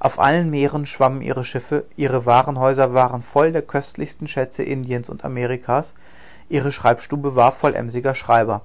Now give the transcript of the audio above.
auf allen meeren schwammen ihre schiffe ihre warenhäuser waren voll der köstlichsten schätze indiens und amerikas ihre schreibstube war voll emsiger schreiber